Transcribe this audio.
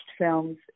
films